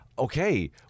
okay